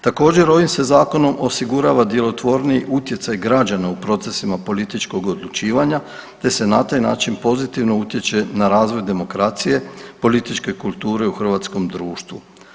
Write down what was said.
Također, ovim se Zakonom osigurava djelotvorniji utjecaj građana u procesima političkog odlučivanja te se na taj način pozitivno utječe na razvoj demokracije, političke kulture u hrvatskom društvu.